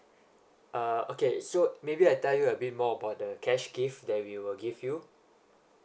uh okay so maybe I tell you a bit more about the cash gift that we will give you